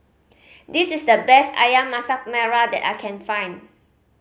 this is the best Ayam Masak Merah that I can find